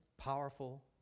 powerful